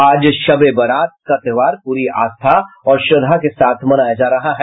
आज शब ए बारात का त्योहार पूरी आस्था और श्रद्धा के साथ मनाया जा रहा है